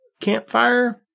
campfire